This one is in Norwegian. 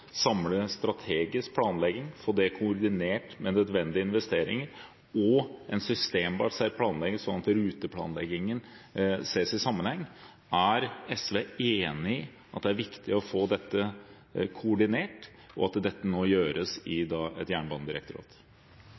samle strategisk planlegging – få det koordinert med nødvendige investeringer og en systembasert planlegging slik at ruteplanleggingen ses i sammenheng: Er SV enig i at det er viktig å få dette koordinert, og at dette må gjøres i et jernbanedirektorat?